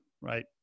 right